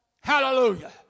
Hallelujah